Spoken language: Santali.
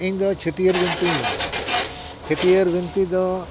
ᱤᱧ ᱫᱚ ᱪᱷᱟᱹᱴᱭᱟᱹᱨ ᱵᱤᱱᱛᱤᱧ ᱞᱟᱹᱭᱟᱢᱟ ᱪᱷᱟᱹᱴᱭᱟᱹᱨ ᱵᱤᱱᱛᱤ ᱫᱚ